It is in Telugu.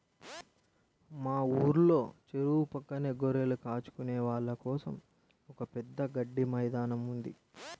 మా ఊర్లో చెరువు పక్కనే గొర్రెలు కాచుకునే వాళ్ళ కోసం ఒక పెద్ద గడ్డి మైదానం ఉంది